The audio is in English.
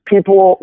people